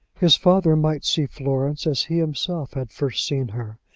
his father might see florence as he himself had first seen her,